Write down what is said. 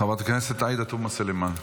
חברת הכנסת עאידה תומא סלימאן.